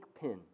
pin